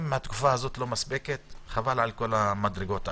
אם היא לא מספקת, חבל על המדרגות האחרות.